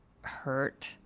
hurt